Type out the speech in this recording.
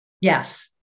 Yes